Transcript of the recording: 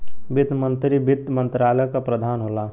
वित्त मंत्री वित्त मंत्रालय क प्रधान होला